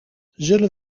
zullen